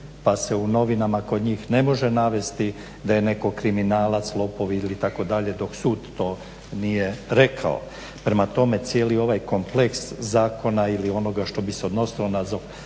pa se u novinama kod njih ne može navesti da je netko kriminalac, lopov ili tako dalje dok sud to nije rekao. Prema tome cijeli ovaj kompleks zakona ili onoga što bi se odnosilo na dostojanstvo